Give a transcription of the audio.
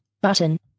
Button